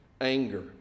anger